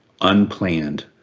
unplanned